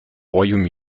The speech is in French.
royaume